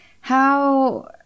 how-